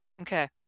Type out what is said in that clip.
Okay